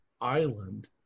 island